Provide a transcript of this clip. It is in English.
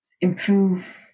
improve